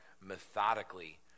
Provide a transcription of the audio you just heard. methodically